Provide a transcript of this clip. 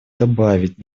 добавить